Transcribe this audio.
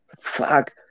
fuck